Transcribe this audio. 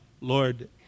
Lord